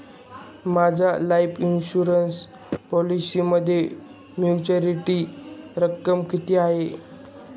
माझ्या life insurance पॉलिसीमध्ये maturity रक्कम किती आहे?